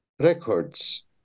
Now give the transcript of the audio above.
records